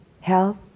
Health